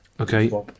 Okay